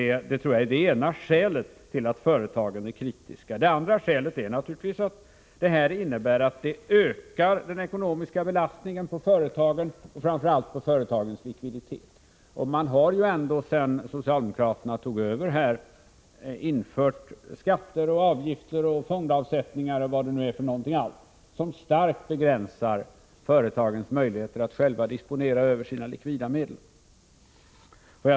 Det är det ena skälet till att företagen är kritiska. Det andra skälet är naturligtvis att förslaget innebär en ekonomisk belastning på företagen, framför allt på företagens likviditet. Ända sedan socialdemokraterna tog över har de infört skatter, avgifter, fondavsättningar och annat, som starkt begränsar företagens möjligheter att själva disponera över sina likvida medel.